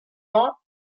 ans